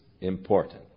important